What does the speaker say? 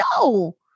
No